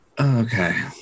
Okay